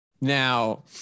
Now